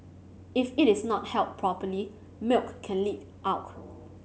if it is not held properly milk can leak out